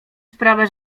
sprawę